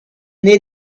near